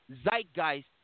zeitgeist